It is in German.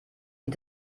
wie